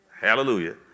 Hallelujah